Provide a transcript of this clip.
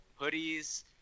hoodies